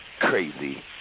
crazy